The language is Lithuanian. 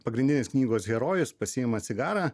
pagrindinis knygos herojus pasiima cigarą